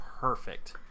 perfect